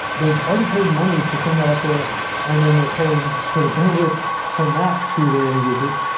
they've already paid money to send that up there and then they're paying for the bandwidth from that to their end users.